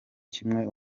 kimwe